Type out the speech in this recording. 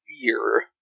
fear